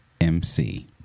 MC